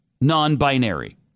non-binary